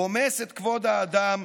רומס את כבוד האדם,